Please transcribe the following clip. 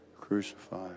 crucified